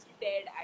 dead